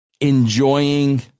enjoying